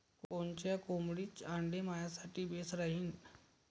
कोनच्या कोंबडीचं आंडे मायासाठी बेस राहीन?